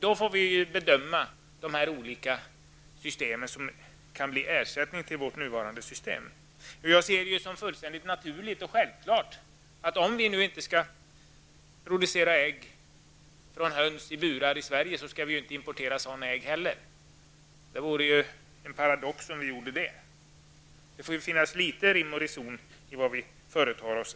Då får man bedöma de olika system som skall ersätta de nuvarande. Jag ser det som fullständigt naturligt och självklart att om det i Sverige inte skall produceras ägg från höns i burar, skall vi inte heller importera sådana ägg. Det vore en paradox att göra så. Det får ju vara litet rim och reson i det som vi företar oss.